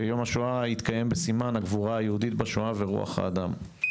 יום השואה יתקיים בסימן הגבורה היהודית בשואה ורוח האדם.